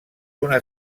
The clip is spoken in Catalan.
una